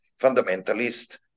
fundamentalist